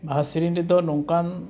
ᱵᱟᱦᱟ ᱥᱮᱨᱮᱧ ᱨᱮᱫᱚ ᱱᱚᱝᱠᱟᱱ